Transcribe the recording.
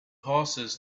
horses